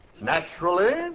Naturally